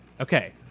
Okay